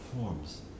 forms